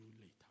later